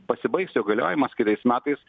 pasibaigs jo galiojimas kitais metais